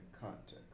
context